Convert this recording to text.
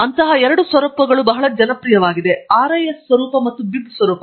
ಮತ್ತು ಅಂತಹ ಎರಡು ಸ್ವರೂಪಗಳು ಬಹಳ ಜನಪ್ರಿಯವಾಗಿವೆ RIS ಸ್ವರೂಪ ಮತ್ತು BIB ಸ್ವರೂಪ